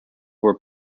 were